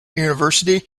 university